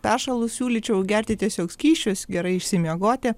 peršalus siūlyčiau gerti tiesiog skysčius gerai išsimiegoti